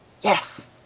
Yes